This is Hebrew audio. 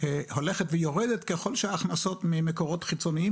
הולכת ויורדת ככל שההכנסות ממקורות חיצוניות